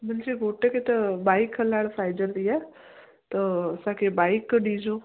मुंहिंजे घोट खे त बाईक हलाइणु फ़ाएजंदी आहे त असांखे बाईक ॾिजो